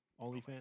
OnlyFans